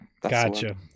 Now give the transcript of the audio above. Gotcha